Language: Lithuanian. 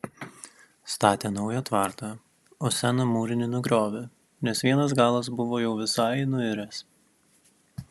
statė naują tvartą o seną mūrinį nugriovė nes vienas galas buvo jau visai nuiręs